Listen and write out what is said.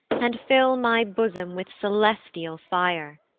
and fill my bosom with celestial fire.